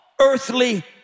earthly